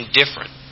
different